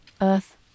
Earth